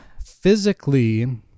physically